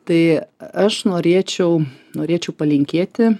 tai aš norėčiau norėčiau palinkėti